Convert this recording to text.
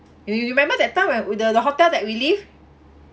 you you remember that time when the the hotel that we live